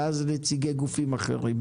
ואז נציגי גופים אחרים.